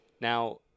Now